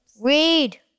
read